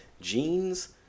jeans